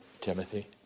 Timothy